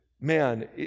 man